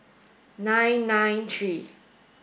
nine nine three